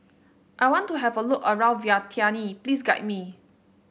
I want to have a look around Vientiane please guide me